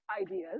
ideas